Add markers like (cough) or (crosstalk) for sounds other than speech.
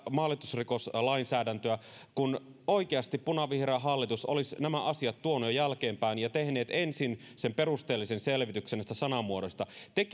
maalitusrikoslainsäädäntöä kun oikeasti punavihreä hallitus olisi nämä asiat tuonut jälkeenpäin ja tehnyt ensin sen perusteellisen selvityksen näistä sanamuodoista te (unintelligible)